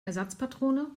ersatzpatrone